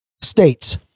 states